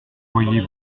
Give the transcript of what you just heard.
voyez